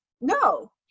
no